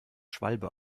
schwalbe